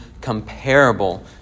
comparable